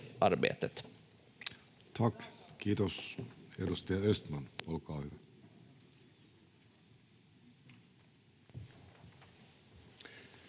kiitos.